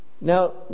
Now